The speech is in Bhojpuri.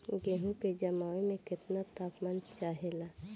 गेहू की जमाव में केतना तापमान चाहेला?